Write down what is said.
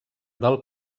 del